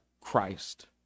Christ